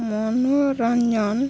ମନୋରଞ୍ଜନ